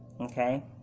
okay